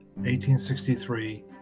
1863